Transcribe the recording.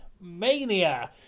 mania